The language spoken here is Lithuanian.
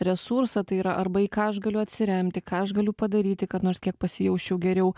resursą tai yra arba į ką aš galiu atsiremti ką aš galiu padaryti kad nors kiek pasijausčiau geriau